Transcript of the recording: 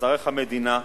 תצטרך המדינה,